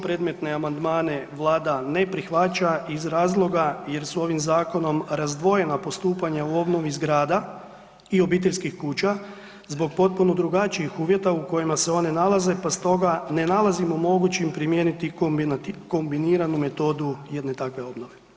Predmetne amandmane Vlada ne prihvaća iz razloga jer su ovim zakonom razdvojena postupanja u obnovi zgrada i obiteljskih kuća zbog potpuno drugačijih uvjeta u kojima se one nalaze pa stoga ne nalazimo mogućim primijeniti kombiniranu metodu jedne takve obnove.